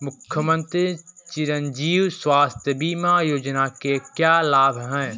मुख्यमंत्री चिरंजी स्वास्थ्य बीमा योजना के क्या लाभ हैं?